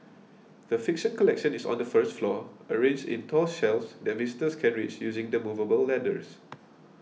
the fiction collection is on the first floor arranged in tall shelves that visitors can reach using the movable ladders